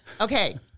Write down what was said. Okay